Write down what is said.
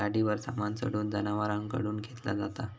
गाडीवर सामान चढवून जनावरांकडून खेंचला जाता